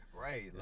Right